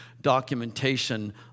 documentation